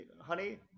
Honey